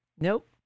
Nope